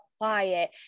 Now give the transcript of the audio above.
quiet